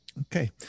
Okay